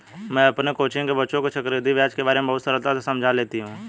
मैं अपनी कोचिंग के बच्चों को चक्रवृद्धि ब्याज के बारे में बहुत सरलता से समझा लेती हूं